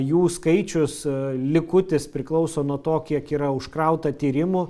jų skaičius likutis priklauso nuo to kiek yra užkrauta tyrimų